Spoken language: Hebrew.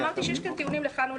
אמרתי שיש כאן טיעונים לכאן ולכאן,